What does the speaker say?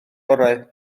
orau